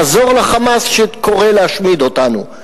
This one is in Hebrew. לעזור ל"חמאס" שקורא להשמיד אותנו,